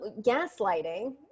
gaslighting